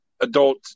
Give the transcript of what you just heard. adult